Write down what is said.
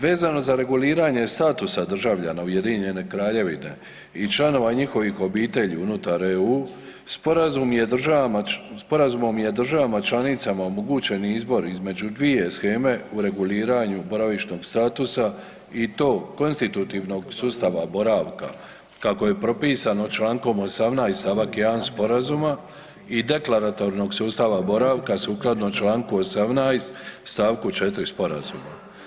Vezano za reguliranje statusa državljana Ujedinjene Kraljevine i članova njihovih obitelji unutar EU sporazum je državama, sporazumom je državama članicama omogućen izbor između dvije sheme u reguliranju boravišnog statusa i to konstitutivnog sustava boravka, kako je propisano čl. 18. st. 1. sporazuma i deklaratornog sustava boravka sukladno čl. 18. st. 4. sporazuma.